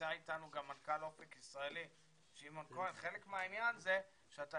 נמצא אתנו גם מנכ"ל אופק ישראלי שמעון כהן וחלק מהעניין הוא שאתה